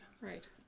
Right